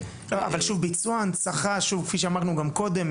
ביצוע הנצחה כפי שאמרנו גם קודם,